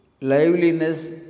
Liveliness